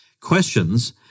questions